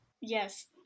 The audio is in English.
Yes